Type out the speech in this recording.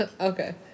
Okay